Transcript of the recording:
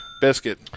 Biscuit